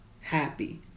happy